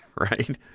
right